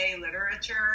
literature